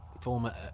former